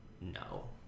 no